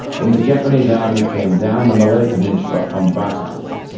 then the japanese army came down the malaya peninsula on bicycles.